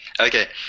Okay